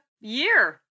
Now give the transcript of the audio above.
year